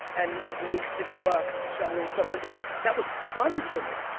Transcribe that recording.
and make six bucks shoveling something. like that was fun for me.